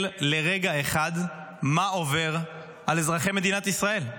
לרגע אחד מה עובר על אזרחי מדינת ישראל,